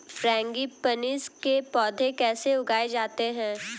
Frangipanis के पौधे कैसे उगाए जाते हैं?